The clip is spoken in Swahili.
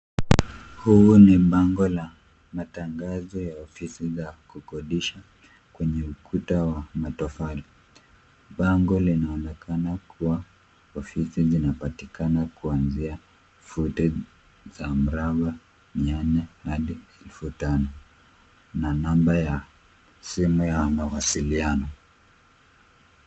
Huu ni bango la matangazo ya ofisi za kukodisha kwenye ukuta wa matofali. Bango linaonekana kuwa ofisi zinapatikana kuanzia futi za mraba mia nne hadi elfu tano na namba ya simu ya mawasiliano.